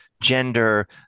gender